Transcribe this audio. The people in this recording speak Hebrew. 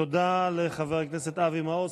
תודה לחבר הכנסת אבי מעוז.